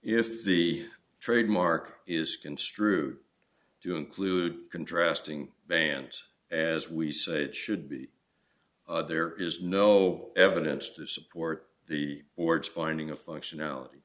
if the trademark is construed to include contrasting bant as we say it should be there is no evidence to support the board's finding of functionality